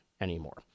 anymore